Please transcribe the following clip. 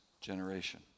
generation